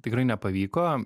tikrai nepavyko